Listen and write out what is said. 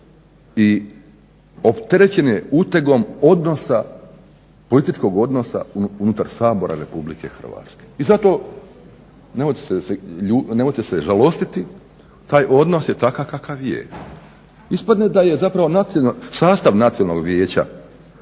opterećen je utegom političkog odnosa unutar Sabora RH. I zato nemojte se žalostiti taj odnos je takav kakav je. Ispadne da je zapravo sastav Nacionalnog vijeća